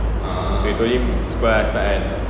we told him sekolah dah start kan